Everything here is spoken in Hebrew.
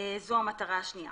לצורך המטרה השנייה